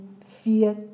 fear